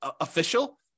official